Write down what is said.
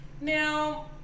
Now